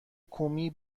کومی